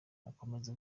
akomeza